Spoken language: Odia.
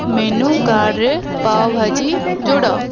ମେନୁ କାର୍ଡ଼ରେ ପାଓଭାଜି ଯୋଡ଼